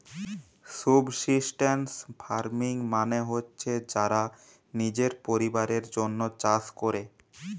subsistence farming মানে হচ্ছে যারা নিজের পরিবারের জন্যে চাষ কোরে